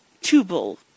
Tubal